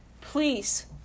please